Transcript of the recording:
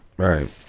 Right